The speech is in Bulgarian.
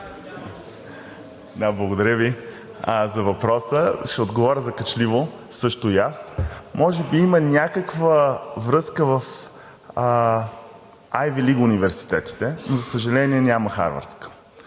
Да, благодаря Ви за въпроса. Ще отговоря закачливо също и аз. Може би има някаква връзка с Айви лигън университетите, но, за съжаление, няма харвардска.